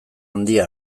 handia